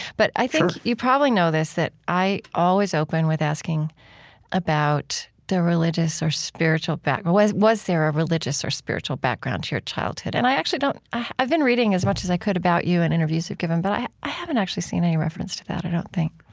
but i think you probably know this, that i always open with asking about the religious or spiritual background was was there a religious or spiritual background to your childhood? and i actually don't i've been reading as much as i could about you and interviews you've given, but i i haven't actually seen any reference to that, i don't think